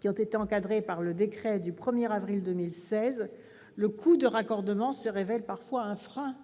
qui ont été encadrés par le décret du 1 avril 2016, le coût du raccordement se révèle parfois un frein